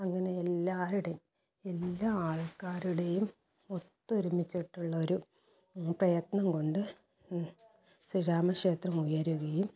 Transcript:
അങ്ങനെ എല്ലാവരുടേയും എല്ലാ ആൾക്കാരുടെയും ഒത്തൊരുമിച്ചിട്ടുള്ളൊരു പ്രയത്നം കൊണ്ട് ശ്രീരാമ ക്ഷേത്രം ഉയരുകയും